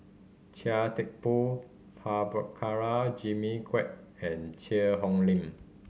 Chia Thye Poh Prabhakara Jimmy Quek and Cheang Hong Lim